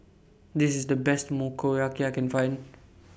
This IS The Best Motoyaki I Can Find